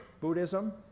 Buddhism